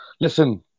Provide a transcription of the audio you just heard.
Listen